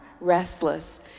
restless